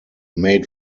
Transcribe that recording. made